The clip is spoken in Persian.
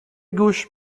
گوش